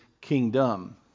kingdom